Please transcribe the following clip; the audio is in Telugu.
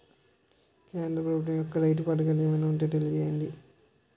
కేంద్ర ప్రభుత్వం యెక్క రైతు పథకాలు ఏమైనా ఉంటే తెలియజేయండి?